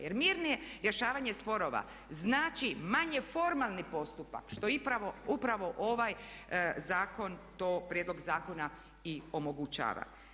Jer mirno rješavanje sporova znači manje formalni postupak što upravo ovaj zakon to, prijedlog zakona i omogućava.